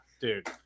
dude